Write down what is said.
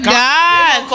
god